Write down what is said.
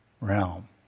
realm